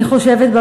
אני חושבת,